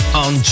on